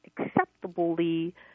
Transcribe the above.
acceptably